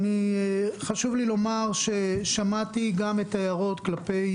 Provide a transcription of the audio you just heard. חשוב לי לומר ששמעתי גם את ההערות כלפי